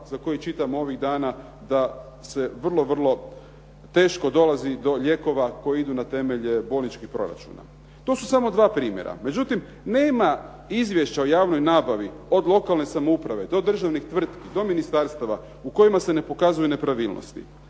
za kojih čitam ovih dana da se vrlo, vrlo teško dolazi do lijekova koji idu na temelje bolničkih proračuna. To su samo dva primjera. Međutim, nema izvješća o javnoj nabavi od lokalne samouprave do državnih tvrtki, do ministarstava u kojima se ne pokazuju nepravilnosti.